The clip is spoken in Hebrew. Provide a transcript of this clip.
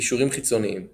קישורים חיצוניים